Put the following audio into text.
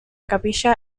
capilla